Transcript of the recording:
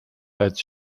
als